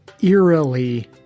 eerily